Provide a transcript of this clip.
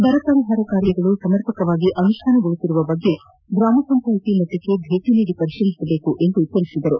ಬರ ಪರಿಹಾರ ಕಾರ್ಯಗಳು ಸಮರ್ಪಕವಾಗಿ ಅನುಷ್ಠಾನಗೊಳ್ಳುತ್ತಿರುವ ಬಗ್ಗೆ ಗ್ರಾಮ ಪಂಚಾಯ್ತಿ ಮಟ್ಟಕ್ಕೆ ಭೇಟ ನೀಡಿ ಪರಿಶೀಲಿಸಬೇಕು ಎಂದು ತಿಳಿಸಿದರು